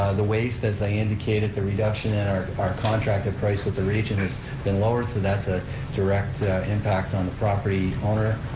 ah the waste, as i indicated, the reduction in our our contracted price with the region has been lowered so that's a direct impact on the property owner.